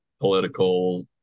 political